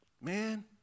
man